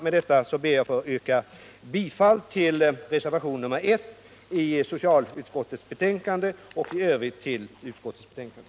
Med detta ber jag att få yrka bifall till reservationen 1 i socialutskottets betänkande och i övrigt till utskottets betänkande.